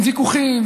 עם ויכוחים,